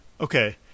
Okay